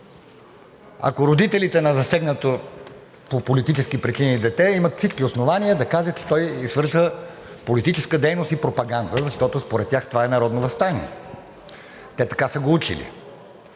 Родителите на засегнато по политически причини дете имат всички основания да кажат, че той извършва политическа дейност и пропаганда, защото според тях това е народно въстание. Те така са го учили.